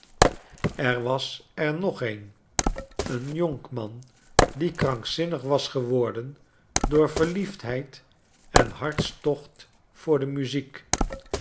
er was er nog een een jonkman diekrankzinnig was geworden door verliefdheid en hartstocht voor de muziek